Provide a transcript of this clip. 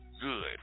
good